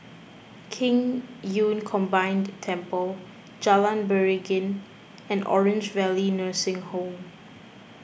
Qing Yun Combined Temple Jalan Beringin and Orange Valley Nursing Home